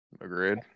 Agreed